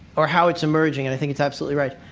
or how it's emerging. and i think it's absolutely right.